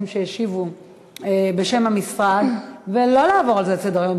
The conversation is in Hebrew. שהשיבו בשם המשרד ולא לעבור על זה לסדר-היום.